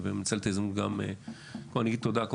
ואני מנצל את ההזדמנות להגיד תודה.